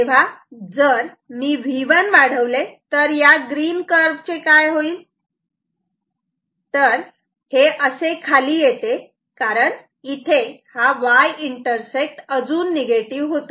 तेव्हा जर मी V1 वाढवले तर या ग्रीन कर्व चे काय होईल तर हे असे खाली येते कारण इथे हा y इंटरसेक्ट अजून निगेटिव्ह होतो